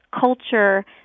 culture